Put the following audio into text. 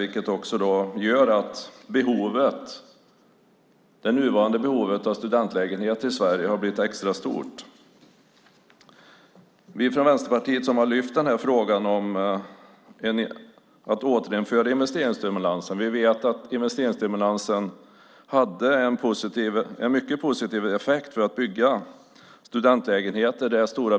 Det gör att behovet av studentlägenheter i Sverige har blivit extra stort. Vi från Vänsterpartiet har lyft frågan om att återinföra investeringsstimulansen. Vi vet att investeringsstimulansen hade en mycket positiv effekt när det gäller att bygga studentlägenheter.